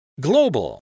Global